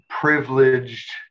privileged